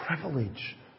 privilege